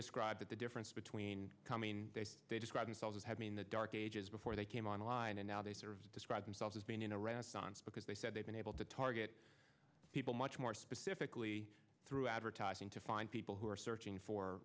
describe the difference between coming they describe themselves as having the dark ages before they came online and now they serve describe themselves as being in a renaissance because they said they've been able to target people much more specifically through advertising to find people who are searching for